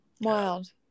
Wild